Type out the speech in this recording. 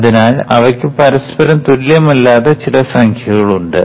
അതിനാൽ അവയ്ക്ക് പരസ്പരം തുല്യമല്ലാത്ത ചില സംഖ്യകളുണ്ട്